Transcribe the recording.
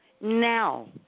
now